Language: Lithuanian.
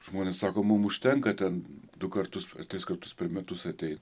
žmonės sako mum užtenka ten du kartus tris kartus per metus ateit